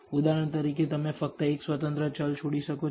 ઉદાહરણ તરીકે તમે ફક્ત એક સ્વતંત્ર ચલ છોડી શકો છો